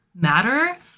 matter